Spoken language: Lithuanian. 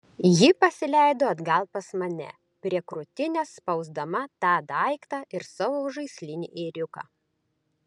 ji pasileido atgal pas mane prie krūtinės spausdama tą daiktą ir savo žaislinį ėriuką